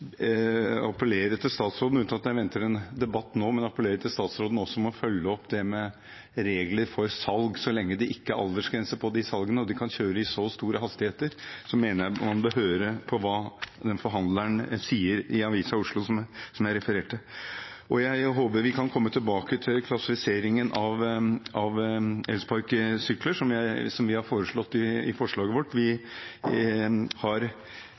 følge opp reglene for salg. Så lenge det ikke er aldersgrense for disse syklene og de kan kjøre i så store hastigheter, mener jeg han bør høre på hva denne forhandleren sier til Avisa Oslo, som jeg refererte. Jeg håper vi kan komme tilbake til klassifiseringen av elsparkesykler som vi har foreslått. Vi er det eneste landet jeg kjenner til i Europa som har kjøring av disse fritt på fortau og gangveier. Flere har